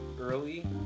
early